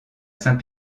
saint